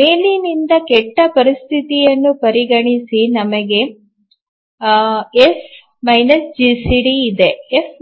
ಮೇಲಿನಿಂದ ಕೆಟ್ಟ ಪರಿಸ್ಥಿತಿಯನ್ನು ಪರಿಗಣಿಸಿ ನಮಗೆ ಎಫ್ ಜಿಸಿಡಿ ಇದೆ ಎಫ್